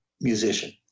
musician